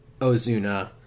Ozuna